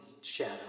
Shadow